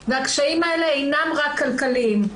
והקשיים האלה אינם רק כלכליים.